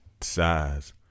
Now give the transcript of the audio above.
size